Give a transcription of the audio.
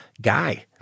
guy